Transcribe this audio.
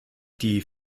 die